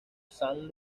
saint